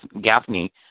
Gaffney